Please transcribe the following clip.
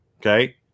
Okay